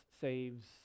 saves